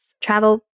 Travel